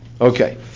Okay